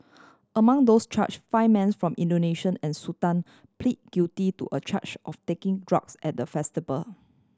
among those charged five mans from Indonesia and Sudan pleaded guilty to a charge of taking drugs at the